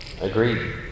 agreed